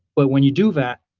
but when you do that,